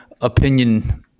opinion